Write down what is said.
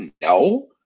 No